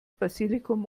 basilikum